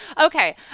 okay